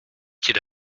qu’il